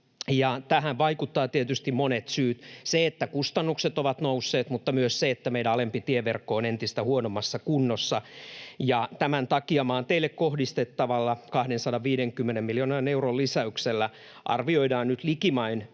tähän vaikuttavat tietysti monet syyt: se, että kustannukset ovat nousseet, mutta myös se, että meidän alempi tieverkkomme on entistä huonommassa kunnossa, ja tämän takia maanteille kohdistettavalla 250 miljoonan euron lisäyksellä arvioidaan nyt likimain pystyttävän